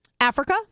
Africa